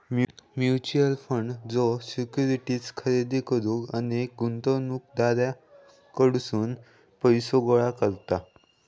mutual fund ज्यो securities खरेदी करुक अनेक गुंतवणूकदारांकडसून पैसो गोळा करता